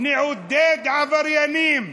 נעודד עבריינים,